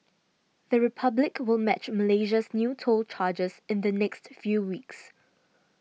the Republic will match Malaysia's new toll charges in the next few weeks